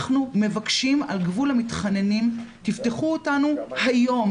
אנחנו מבקשים על גבול המתחננים תפתחו אותנו היום,